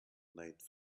night